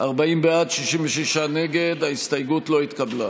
צריך, זה התפקיד שלנו.